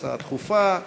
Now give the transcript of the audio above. הצעה דחופה,